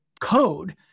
code